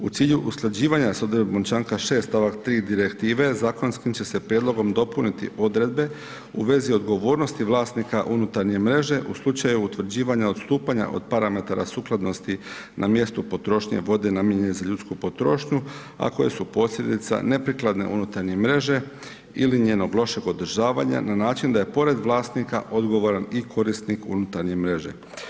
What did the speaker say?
U cilju usklađivanja s odredbom članka 6. stavak 3. Direktive zakonskim će se prijedlogom dopuniti odredbe u vezi odgovornosti vlasnika unutarnje mreže u slučaju utvrđivanja odstupanja od parametara sukladnosti na mjestu potrošnje vode namijenjene za ljudsku potrošnju, a koje su posljedica neprikladne unutarnje mreže ili njenog lošeg održavanja na način da je pored vlasnika odgovoran i korisnik unutarnje mreže.